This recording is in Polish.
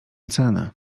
cenę